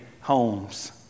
homes